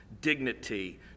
dignity